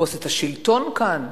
לתפוס את השלטון כאן,